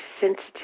sensitive